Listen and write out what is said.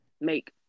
make